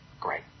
great